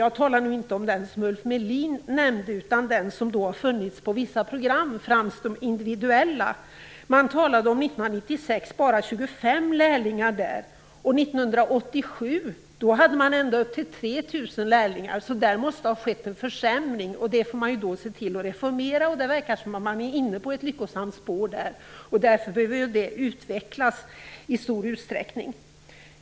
Jag talar nu inte om den som Ulf Melin nämnde, utan om den som har funnits på vissa program, främst de individuella. 1996 fanns det bara 25 lärlingar, medan det 1987 fanns ända upp till 3 000 lärlingar. Det måste alltså ha skett en försämring. Man måste se till att reformera detta, och det verkar som att man är inne på ett lyckosamt spår som behöver utvecklas i stor utsträckning.